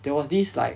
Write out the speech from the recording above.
there was this like